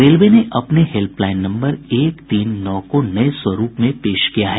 railway ने अपने helpline number एक तीन नौ को नये स्वरूप में पेश किया है